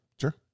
Sure